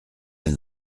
elle